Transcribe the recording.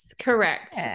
Correct